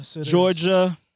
Georgia